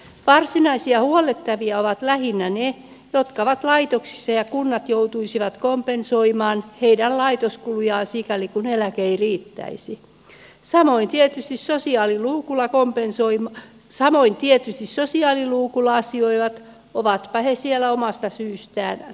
varsinaisia huollettavia ovat lähinnä ne jotka ovat laitoksissa ja kunnat joutuisivat kompensoimaan heidän laitoskulujaan sikäli kuin eläke ei riittäisi samoin tietysti sosiaaliluukulla asioivat ovatpa he siellä omasta syystään tai syyttään